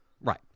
Right